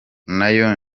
nayo